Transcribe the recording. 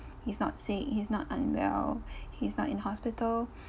he's not sick he's not unwell he's not in hospital